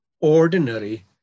ordinary